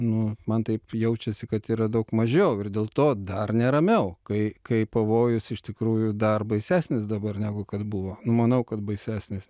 nu man taip jaučiasi kad yra daug mažiau ir dėl to dar neramiau kai kai pavojus iš tikrųjų dar baisesnis dabar negu kad buvo nu manau kad baisesnis